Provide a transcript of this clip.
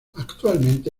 actualmente